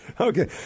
Okay